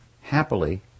happily